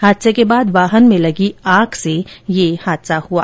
हादसे के बाद वाहन में लगी आग से ये हादसा हुआ